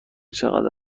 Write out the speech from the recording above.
چقدر